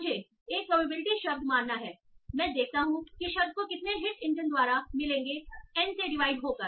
मुझे एक प्रोबेबिलिटी शब्द मानना करना हैमैं देखता हूं कि शब्द को कितने हिट इंजन द्वारा मिलेंगे एन से डिवाइड होकर